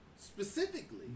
Specifically